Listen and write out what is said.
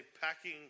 packing